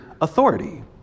authority